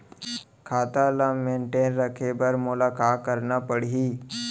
खाता ल मेनटेन रखे बर मोला का करना पड़ही?